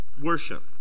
worship